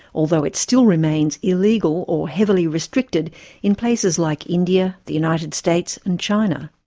although it still remains illegal or heavily restricted in places like india, the united states and china.